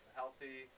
healthy